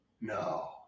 No